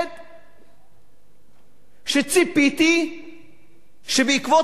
שציפיתי שבעקבות אמירה כזו של מנכ"ל "כלל"